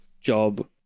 job